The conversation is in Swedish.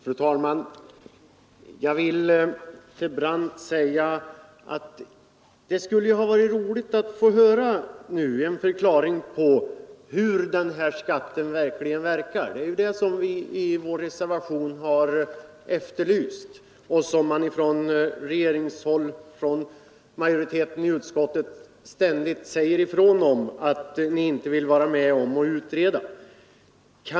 Fru talman! Jag vill till herr Brandt säga att det skulle ha varit roligt att nu få höra en förklaring till hur den här skatten egentligen verkar — det är ju det som vi i vår reservation har efterlyst. Från regeringshåll och från majoriteten i utskottet säger ni ständigt ifrån att ni inte vill vara med om att utreda detta.